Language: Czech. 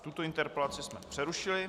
Tuto interpelaci jsme přerušili.